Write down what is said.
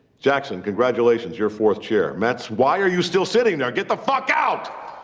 jackson, congratulations, your fourth chair. metz, why are you still sitting there? get the fuck out!